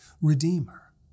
redeemer